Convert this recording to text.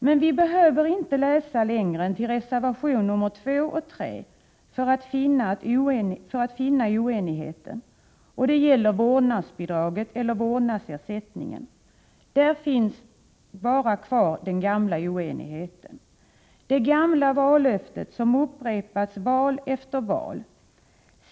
Men vi behöver inte läsa längre än till reservation 2 och 3 för att finna oenigheten, och denna oenighet gäller vårdnadsersättningen. I fråga om denna finns den gamla oenigheten kvar. Detta gamla vallöfte om vårdnadsersättning har upprepats i val efter val.